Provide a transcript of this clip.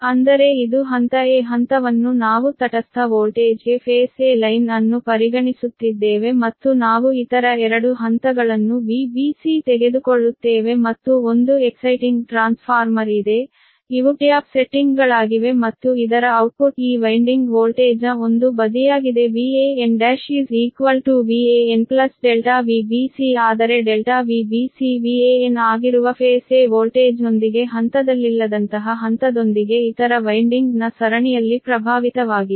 ಅಂದರೆ ಇದು ಹಂತ a ಹಂತವನ್ನು ನಾವು ತಟಸ್ಥ ವೋಲ್ಟೇಜ್ಗೆ ಫೇಸ್ a ಲೈನ್ ಅನ್ನು ಪರಿಗಣಿಸುತ್ತಿದ್ದೇವೆ ಮತ್ತು ನಾವು ಇತರ 2 ಹಂತಗಳನ್ನು Vbc ತೆಗೆದುಕೊಳ್ಳುತ್ತೇವೆ ಮತ್ತು ಒಂದು ಉತ್ತೇಜಕ ಟ್ರಾನ್ಸ್ಫಾರ್ಮರ್ ಇದೆ ಇವು ಟ್ಯಾಪ್ ಸೆಟ್ಟಿಂಗ್ಗಳಾಗಿವೆ ಮತ್ತು ಇದರ ಔಟ್ಪುಟ್ ಈ ವೈನ್ಡಿಂಗ್ ವೋಲ್ಟೇಜ್ನ ಒಂದು ಬದಿಯಾಗಿದೆ ವ್ಯಾನ್1 Van ∆Vbc ಆದರೆ ∆Vbc Van ಆಗಿರುವ ಹಂತ a ವೋಲ್ಟೇಜ್ನೊಂದಿಗೆ ಹಂತದಲ್ಲಿಲ್ಲದಂತಹ ಹಂತದೊಂದಿಗೆ ಇತರ ಅಂಕುಡೊಂಕಾದ ಸರಣಿಯಲ್ಲಿ ಪ್ರಭಾವಿತವಾಗಿದೆ